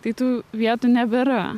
tai tų vietų nebėra